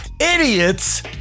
Idiots